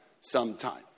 sometime